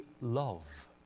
love